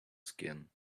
skin